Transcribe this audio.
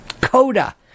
Coda